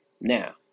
Now